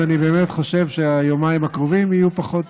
אני באמת חושב שהיומיים הקרובים יהיו פחות,